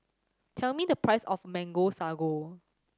tell me the price of Mango Sago